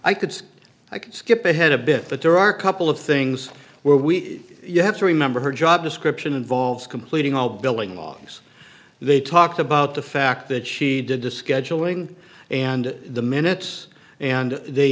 i could see i can skip ahead a bit but there are couple of things where we you have to remember her job description involves completing all billing logs they talked about the fact that she did to scheduling and the minutes and they